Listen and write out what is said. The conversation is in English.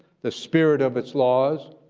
the spirit of its laws,